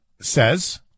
says